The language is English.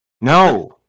no